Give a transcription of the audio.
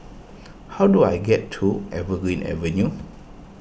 how do I get to Evergreen Avenue